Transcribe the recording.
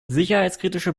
sicherheitskritische